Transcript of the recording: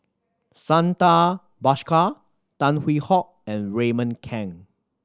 Santha Bhaskar Tan Hwee Hock and Raymond Kang